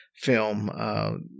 Film